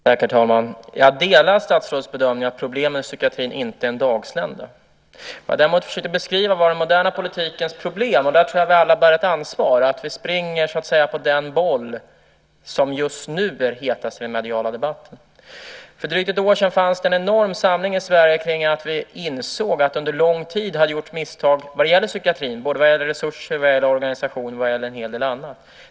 Herr talman! Jag delar statsrådets bedömning att problemen i psykiatrin inte är en dagslända. Vad jag däremot försökte beskriva var den moderna politikens problem. Där tror jag att vi alla bär ett ansvar. Vi springer på den boll som just nu är hetast i den mediala debatten. För drygt ett år sedan fanns det en enorm samling i Sverige där vi insåg att det under lång hade gjorts misstag i psykiatrin både vad gäller resurser, organisation och en hel del annat.